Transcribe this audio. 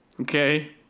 okay